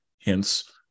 hence